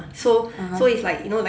(uh huh)